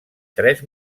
tres